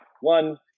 One